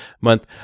month